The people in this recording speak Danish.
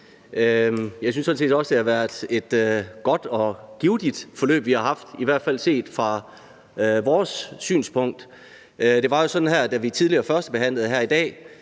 set også, det har været et godt og givtigt forløb, vi har haft, i hvert fald set fra vores synspunkt. Det var jo sådan, at da vi tidligere i dag førstebehandlede forslaget,